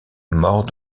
mort